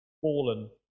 fallen